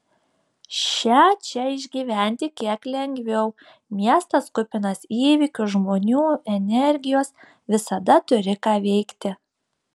šią čia išgyventi kiek lengviau miestas kupinas įvykių žmonių energijos visada turi ką veikti